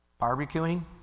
barbecuing